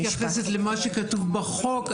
אם את מתייחסת למה שכתוב בחוק,